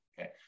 okay